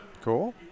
Cool